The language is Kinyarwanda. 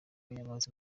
yamaze